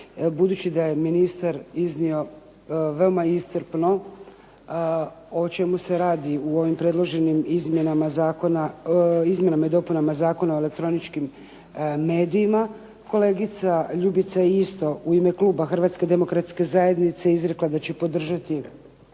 budući da je ministar iznio veoma iscrpno o čemu se radi u ovim predloženim izmjenama i dopunama Zakona o elektroničkim medijima. Kolegica Ljubica je isto u ime kluba Hrvatske demokratske zajednice izrekla da će podržati,